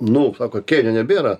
nu sako kėnio nebėra